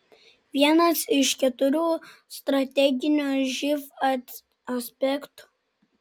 vienas iš keturių strateginio živ aspektų